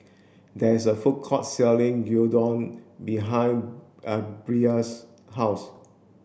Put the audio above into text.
there is a food court selling Gyudon behind Bryce's house